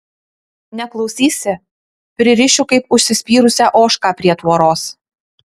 neklausysi pririšiu kaip užsispyrusią ožką prie tvoros